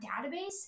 database